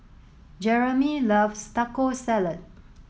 Jeramy loves Taco Salad